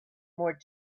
more